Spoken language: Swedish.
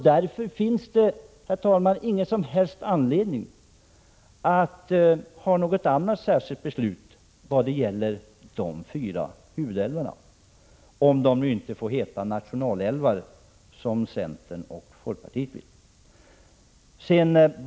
Därför finns det, herr talman, ingen som helst anledning att ta något särskilt beslut vad gäller dessa fyra huvudälvar, även om de nu inte får heta nationalälvar som centern och folkpartiet vill.